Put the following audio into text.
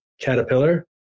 caterpillar